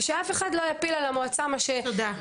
ושאף אחד לא יפיל על המועצה את האשמה.